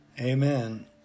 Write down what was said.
amen